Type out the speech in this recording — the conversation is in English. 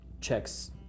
checks